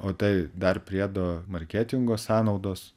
o tai dar priedo marketingo sąnaudos